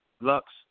lux